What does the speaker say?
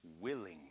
willing